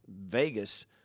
Vegas